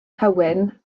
hywyn